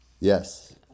Yes